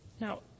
Now